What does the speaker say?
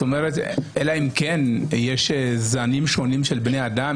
אלא אם כן יש זנים שונים של בני אדם,